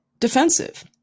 defensive